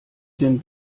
den